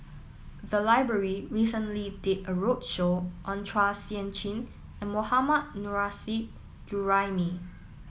the library recently did a roadshow on Chua Sian Chin and Mohammad Nurrasyid Juraimi